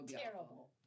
terrible